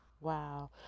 wow